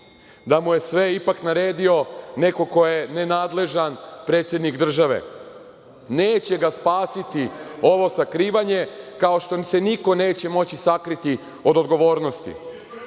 da mu je sve ipak naredio neko ko je nenadležan, predsednik države. Neće ga spasiti ovo sakrivanje, kao što se niko neće moći sakriti od odgovornosti.